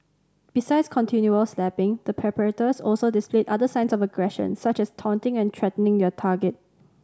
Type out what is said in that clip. besides continual slapping the perpetrators also displayed other signs of aggression such as taunting and threatening their target